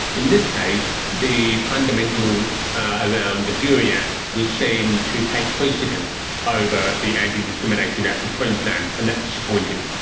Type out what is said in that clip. in this case the fundamentals ah around the jury act was seen to take precedent over the antidiscrimination act of queensland, and that disappointed me.